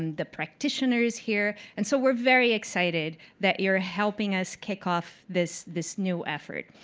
and the practitioners here, and so we're very excited that you're helping us kick off this this new effort.